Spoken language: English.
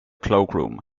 cloakroom